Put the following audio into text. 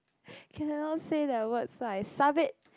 cannot say that word so I sub it